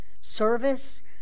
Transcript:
service